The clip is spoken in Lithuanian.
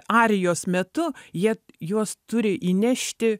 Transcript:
arijos metu jie juos turi įnešti